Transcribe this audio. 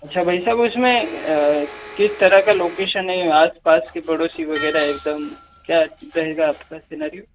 अच्छा भाई साहब उसमें किस तरह का लोकेशन है आसपास के पड़ोसी वगैरह एकदम क्या रहेगा आपका सिनैरियो